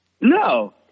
No